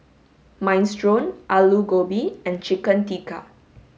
minestrone alu gobi and chicken tikka